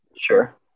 Sure